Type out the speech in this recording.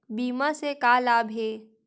बीमा से का लाभ हे?